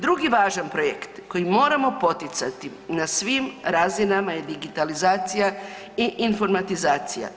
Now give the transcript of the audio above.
Drugi važan projekt koji moramo poticati na svim razinama je digitalizacija i informatizacija.